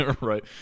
Right